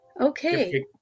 okay